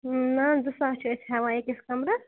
نا زٕ ساس چھِ أسۍ ہٮ۪وان أکِس کَمرَس